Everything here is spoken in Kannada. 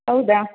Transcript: ಹೌದಾ